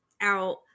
out